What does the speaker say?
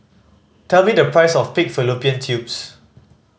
tell me the price of pig fallopian tubes